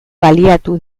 baliatu